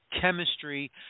chemistry